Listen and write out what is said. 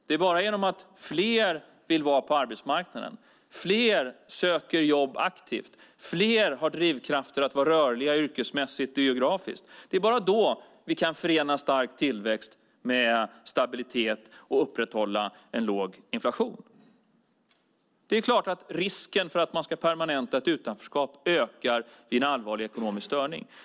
Det är bara genom att fler vill vara på arbetsmarknaden, fler söker jobb aktivt, fler har drivkrafter att vara rörliga yrkesmässigt och geografiskt som vi kan förena stark tillväxt med stabilitet och upprätthålla en låg inflation. Det är klart att risken för att man ska permanenta ett utanförskap ökar vid en allvarlig ekonomisk störning.